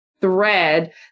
thread